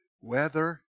weather